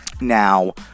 now